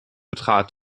betrat